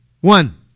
one